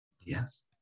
Yes